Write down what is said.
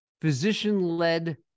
physician-led